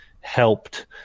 helped